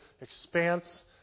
expanse